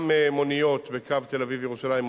גם מוניות שירות בקו תל-אביב ירושלים.